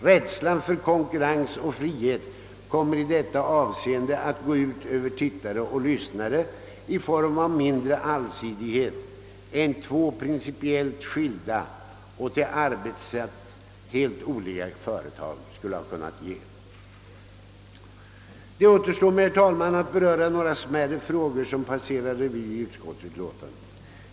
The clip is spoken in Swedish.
Rädslan för konkurrens och frihet kommer i detta avseende att gå ut över tittare och lyssnare i form av mindre allsidighet än vad två principiellt skilda och till arbetssätt helt olika företag skulle kunnat ge. Det återstår, herr talman, att beröra några smärre frågor som passerar revy i utskottsutlåtandet.